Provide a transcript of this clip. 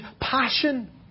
passion